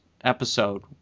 episode